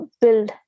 build